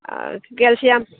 অঁ কেলছিয়াম